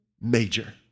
Major